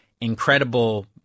incredible